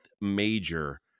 major